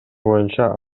боюнча